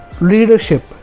leadership